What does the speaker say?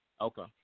Okay